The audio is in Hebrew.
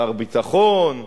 שר ביטחון,